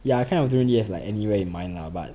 yeah kind of don't really have like anywhere in mind lah but